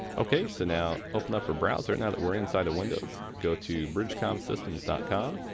okay so now open up a browser now that we're inside of windows. go to bridgestonesystems dot com